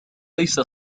ليس